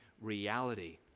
reality